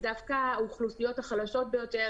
דווקא האוכלוסיות החלשות ביותר,